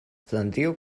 flandrio